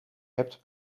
hebt